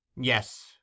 Yes